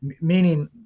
Meaning